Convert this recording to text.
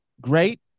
great